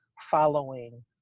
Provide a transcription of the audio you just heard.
following